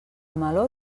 meló